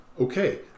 okay